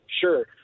sure